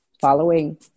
following